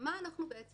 למה אנחנו מתכוונים